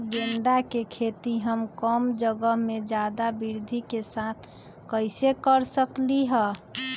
गेंदा के खेती हम कम जगह में ज्यादा वृद्धि के साथ कैसे कर सकली ह?